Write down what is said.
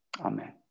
Amen